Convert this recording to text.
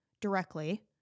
directly